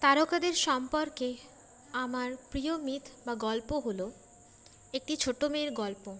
তারকারদের সম্পর্কে আমার প্রিয় মিথ বা গল্প হল একটি ছোটো মেয়ের গল্প